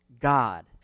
God